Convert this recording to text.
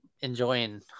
enjoying